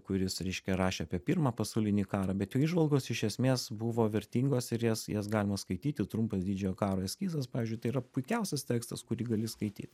kuris reiškia rašė apie pirmą pasaulinį karą bet jo įžvalgos iš esmės buvo vertingos ir jas jas galima skaityti trumpas didžiojo karo eskizas pavyzdžiui tai yra puikiausias tekstas kurį gali skaityt